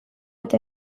eta